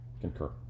concur